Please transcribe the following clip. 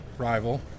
Rival